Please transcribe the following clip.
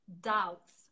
doubts